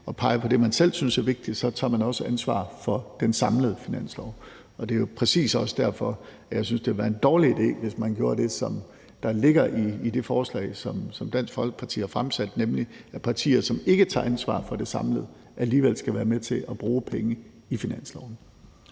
at pege på det, man selv synes er vigtigt, men at man så også tager ansvar for den samlede finanslov. Og det er jo præcis også derfor, jeg synes, det ville være en dårlig idé, hvis man gjorde det, der ligger i det forslag, som Dansk Folkeparti har fremsat, nemlig at partier, som ikke tager ansvar for den samlede finanslov, alligevel skal være med til at bruge penge i den.